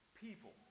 people